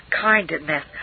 kindness